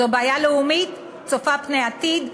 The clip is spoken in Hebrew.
זו בעיה לאומית צופה פני עתיד,